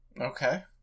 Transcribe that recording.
Okay